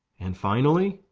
and finally,